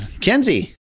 Kenzie